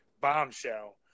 bombshell